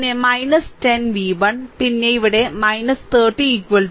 പിന്നെ 10 v1 പിന്നെ ഇവിടെ 30 0